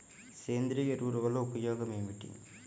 సేంద్రీయ ఎరువుల వల్ల ఉపయోగమేమిటీ?